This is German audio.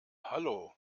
hallo